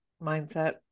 mindset